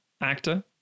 actor